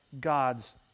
god's